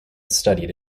studied